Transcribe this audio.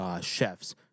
chefs